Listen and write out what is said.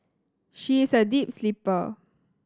she is a deep sleeper